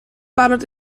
barod